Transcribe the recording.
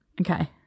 Okay